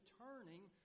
turning